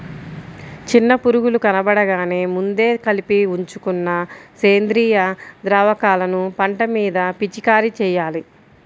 చిన్న పురుగులు కనబడగానే ముందే కలిపి ఉంచుకున్న సేంద్రియ ద్రావకాలను పంట మీద పిచికారీ చెయ్యాలి